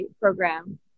program